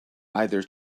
either